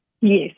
Yes